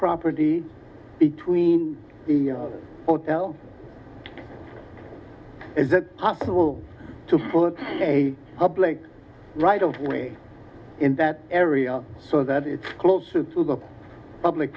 property between the hotel is it possible to put a public right of way in that area so that it's closer to the public